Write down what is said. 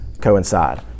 coincide